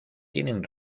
tienen